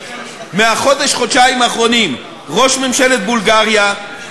מהחודש-חודשיים האחרונים: ראש ממשלת בולגריה,